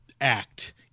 act